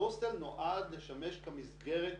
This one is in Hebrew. ההוסטל נועד לשמש כמסגרת